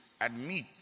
admit